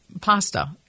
pasta